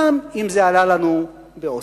גם אם זה עלה לנו באוסקר.